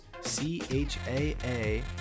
c-h-a-a